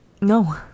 No